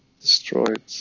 destroyed